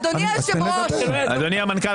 אדוני היושב ראש --- אדוני המנכ"ל,